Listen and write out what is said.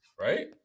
Right